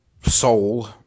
Soul